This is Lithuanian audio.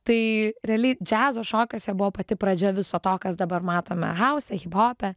tai realiai džiazo šokiuose buvo pati pradžia viso to kas dabar matome hause hip hope